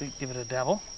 give it a dabble.